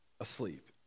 asleep